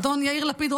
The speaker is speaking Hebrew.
אדון יאיר לפיד,